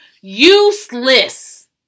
Useless